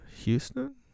Houston